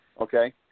okay –